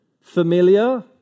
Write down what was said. familiar